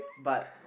but